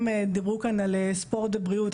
דיברו כאן על ספורט ובריאות,